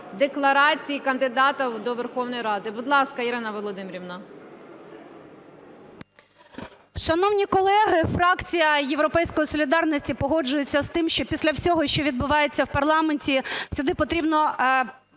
декларації кандидата до Верховної Ради. Будь ласка, Ірина Володимирівна. 12:39:57 ГЕРАЩЕНКО І.В. Шановні колеги, фракція "Європейської солідарності" погоджується з тим, що після всього, що відбувається в парламенті, сюди потрібно